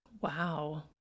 Wow